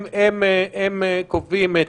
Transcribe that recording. הם מלווים,